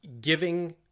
giving